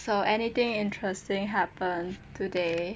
so anything interesting happen today